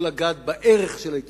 לא לגעת בערך של ההתיישבות,